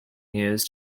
used